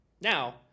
Now